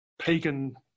pagan